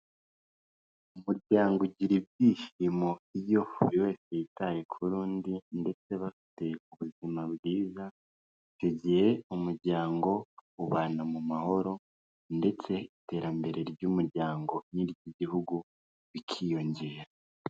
Umuryango ugira ibyishimo iyo buri wese yitaye kuri undi ndetse bafite ubuzima bwiza, icyo gihe umuryango ubana mu mahoro ndetse n'iterambere ry'umuryango n'iry'igihugu bikiyongera.